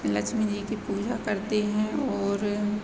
लक्ष्मी की पूजा करते हैं और